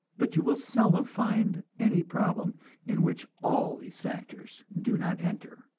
but you will seldom find any problem in which all these factors do not enter,